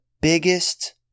biggest